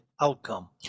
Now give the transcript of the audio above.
outcome